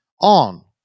on